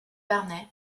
barney